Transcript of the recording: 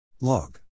Log